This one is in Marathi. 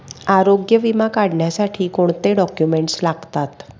आरोग्य विमा काढण्यासाठी कोणते डॉक्युमेंट्स लागतात?